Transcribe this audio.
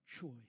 choice